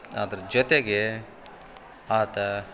ಅದ್ರ ಜೊತೆಗೆ ಆತ